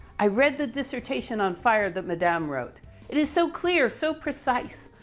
i read the dissertation on fire that madame wrote. it is so clear, so precise.